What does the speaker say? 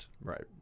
Right